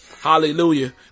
Hallelujah